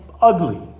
ugly